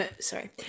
Sorry